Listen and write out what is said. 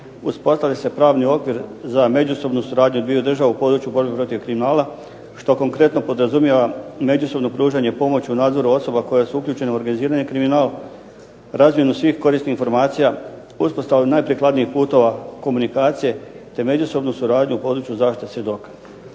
uspostavi se pravni okvir za međusobnu suradnju dviju država u području borbe protiv kriminala što konkretno podrazumijeva međusobno pružanje pomoći u nadzoru osoba koje su uključene u organizirani kriminal, razmjenu svih korisnih informacija, uspostavu najprikladnijih putova komunikacije, te međusobnu suradnju u području zaštite svjedoka.